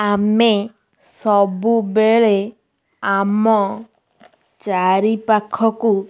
ଆମେ ସବୁବେଳେ ଆମ ଚାରିପାଖକୁ